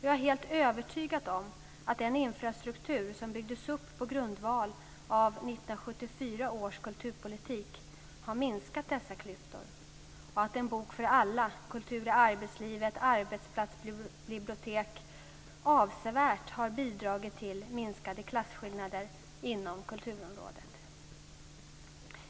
Jag är helt övertygad om att den infrastruktur som byggdes upp på grundval av 1974 års kulturpolitik har minskat dessa klyftor och att En bok för alla, kultur i arbetslivet, arbetsplatsbibliotek avsevärt har bidragit till minskade klasskillnader inom kulturområdet.